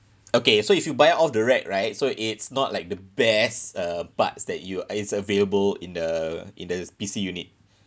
okay so if you buy off the rack right so it's not like the best uh parts that you is available in the in the P_C unit